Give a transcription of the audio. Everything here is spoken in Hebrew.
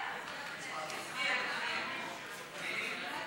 להעביר את